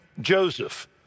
Joseph